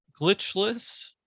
glitchless